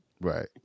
Right